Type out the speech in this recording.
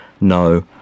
no